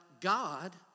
God